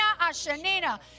ashanina